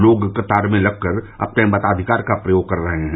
लोग कतार में लग कर अपने मताधिकार का प्रयोग कर रहे हैं